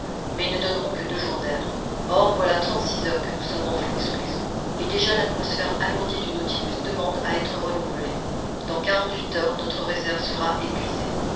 mais ils ne donneront que deux jours d'air or voilà trente-six heures que nous sommes enfouis sous les eaux et déjà l'atmosphère alourdie du nautilus demande à être renouvelée dans quarante-huit heures notre réserve sera épuisée